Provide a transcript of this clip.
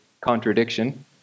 contradiction